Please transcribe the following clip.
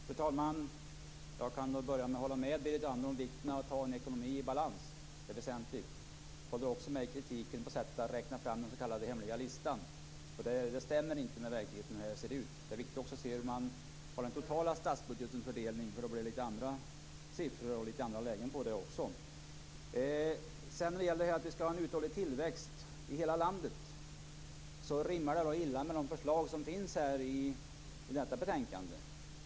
Fru talman! Jag kan börja med att hålla med Berit Andnor om vikten av att ha en ekonomi i balans. Det är väsentligt. Jag håller också med om kritiken mot sättet att räkna fram den s.k. hemliga listan. Den stämmer inte med verkligheten. Det är också viktigt att man ser på hur den totala statsbudgetens fördelning är för att få andra siffror och ett annat läge. När det gäller att vi skall ha en uthållig tillväxt i hela landet rimmar det illa med de förslag som finns i detta betänkande.